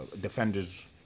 defenders